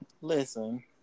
Listen